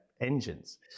engines